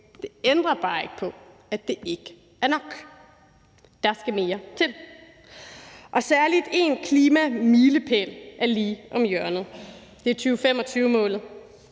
det ændrer bare ikke på, at det ikke er nok. Der skal mere til. Særlig én klimamilepæl er lige om hjørnet, og det er 2025-målet.